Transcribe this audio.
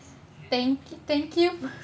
thank you thank you